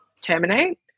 terminate